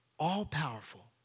all-powerful